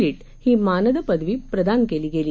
Litt ही मानद पदवी प्रदान केली गेली